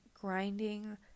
grinding